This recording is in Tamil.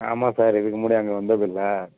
ஆமாம் சார் இதுக்கு முன்னாடி அங்கே வந்ததில்லை